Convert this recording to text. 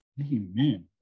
Amen